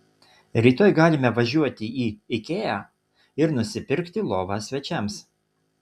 rytoj galime važiuoti į ikea ir nusipirkti lovą svečiams